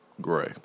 gray